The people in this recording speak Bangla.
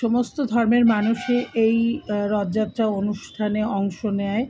সমস্ত ধর্মের মানুষই এই রথযাত্রা অনুষ্ঠানে অংশ নেয়